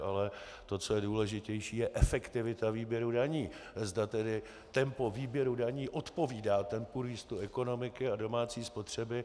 Ale to, co je důležitější, je efektivita výběru daní, zda tedy tempo výběru daní odpovídá tempu růstu ekonomiky a domácí spotřeby.